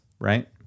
Right